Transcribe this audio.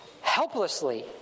helplessly